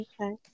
okay